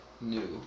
New